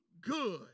good